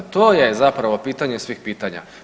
To je zapravo pitanje svih pitanja.